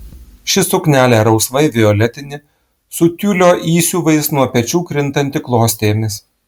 ši suknelė rausvai violetinė su tiulio įsiuvais nuo pečių krintanti klostėmis